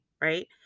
Right